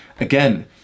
again